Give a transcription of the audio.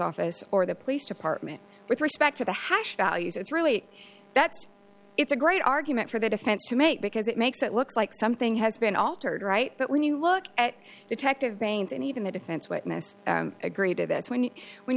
office or the police department with respect to the hash values it's really that's it's a great argument for the defense to make because it makes it look like something has been altered right but when you look at detective brains and even the defense witness agree to this when you when